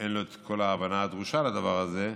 אין לו את כל ההבנה הדרושה לדבר הזה.